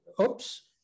oops